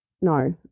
no